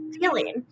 feeling